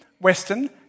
western